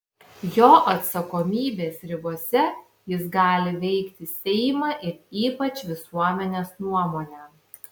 jo atsakomybės ribose jis gali veikti seimą ir ypač visuomenės nuomonę